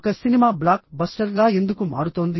ఒక cinema blockbuster గా ఎందుకు మారుతోంది